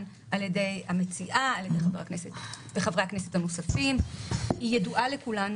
על ידי המציעה וחברי הכנסת הנוספים והיא ידועה לכולנו.